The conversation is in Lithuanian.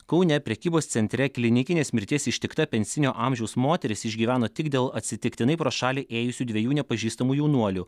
kaune prekybos centre klinikinės mirties ištikta pensinio amžiaus moteris išgyveno tik dėl atsitiktinai pro šalį ėjusių dviejų nepažįstamų jaunuolių